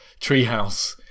treehouse